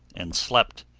and slept.